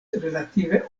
relative